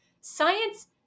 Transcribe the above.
Science